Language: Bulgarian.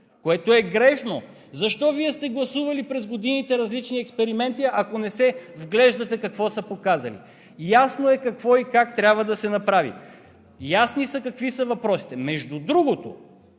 което е грешно. Защо Вие сте гласували през годините различни експерименти, ако не се вглеждате какво са показали? Ясно е какво и как трябва да се направи. Ясно е какви са въпросите. Между другото,